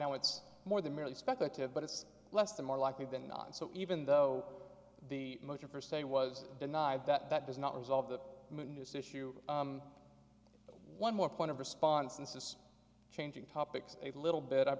now it's more than merely speculative but it's less than more likely than not so even though the motion for say was denied that does not resolve the mutinous issue one more point of response insists changing topics a little bit